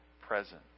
present